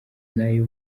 nayo